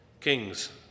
Kings